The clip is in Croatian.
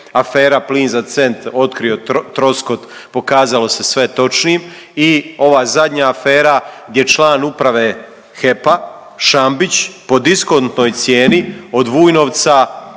Afera „Plin za cent“ otkrio Troskot, pokazalo se sve točnim. I ova zadnja afera gdje član uprave HEP-a Šambić po diskontnoj cijeni od Vujnovca